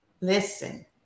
Listen